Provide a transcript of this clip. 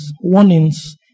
warnings